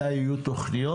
מתי יהיו תכניות?